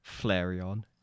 Flareon